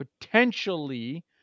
potentially